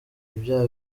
bya